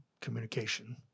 communication